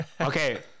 Okay